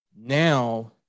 now